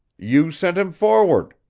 you sent him forward,